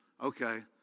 Okay